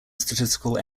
statistical